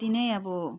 त्यति नै अब